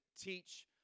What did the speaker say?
teach